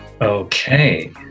Okay